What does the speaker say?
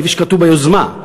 כפי שכתוב ביוזמה,